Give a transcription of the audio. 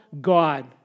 God